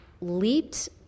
leaped